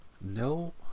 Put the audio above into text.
No